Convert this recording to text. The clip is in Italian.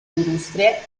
industrie